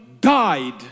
died